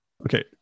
okay